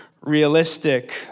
realistic